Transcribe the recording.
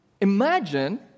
Imagine